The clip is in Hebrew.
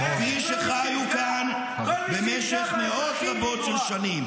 מי שחיו כאן במשך מאות רבות של שנים.